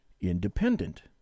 independent